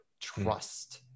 trust